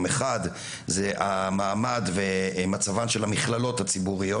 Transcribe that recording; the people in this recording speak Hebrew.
מכללות ואוניברסיטאות,